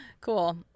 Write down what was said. Cool